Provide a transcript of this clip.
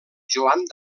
joan